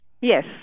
yes